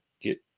get